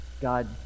God